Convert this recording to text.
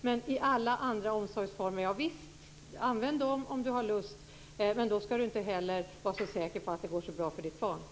Använd de andra omsorgsformerna om du har lust, men då skall du inte heller vara så säker på att det går så bra för ditt barn.